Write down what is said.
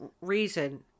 reason